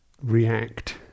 react